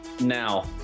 Now